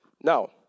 Now